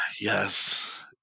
Yes